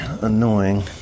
annoying